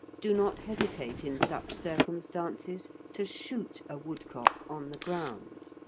do not hesitate in such circumstances to shoot a woodcock on the ground,